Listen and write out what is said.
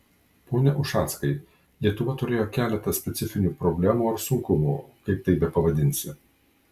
pone ušackai lietuva turėjo keletą specifinių problemų ar sunkumų kaip tai bepavadinsi